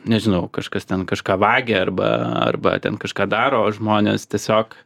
nežinau kažkas ten kažką vagia arba arba ten kažką daro o žmonės tiesiog